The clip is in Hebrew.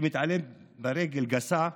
שמתעלם, ברגל גסה,